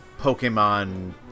Pokemon